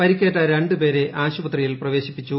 പരിക്കേറ്റ രണ്ടു പേരെ ആശുപത്രിയിൽ പ്രവേശിപ്പിച്ചു